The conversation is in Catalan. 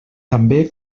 també